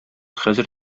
хәзер